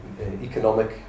economic